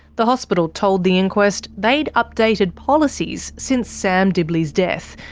the hospital told the inquest they'd updated policies since sam dibley's death,